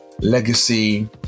legacy